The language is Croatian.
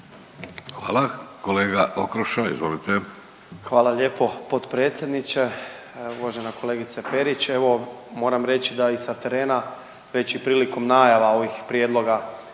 izvolite. **Okroša, Tomislav (HDZ)** Hvala lijepo potpredsjedniče. Uvažena kolegice Perić, evo, moram reći da i sa terena već i prilikom najava ovih prijedloga